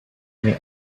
may